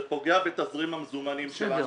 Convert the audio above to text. זה פוגע בתזרים המזומנים שלנו.